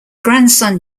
grandson